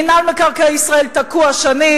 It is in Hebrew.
מינהל מקרקעי ישראל תקוע שנים.